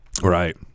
Right